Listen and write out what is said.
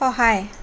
সহায়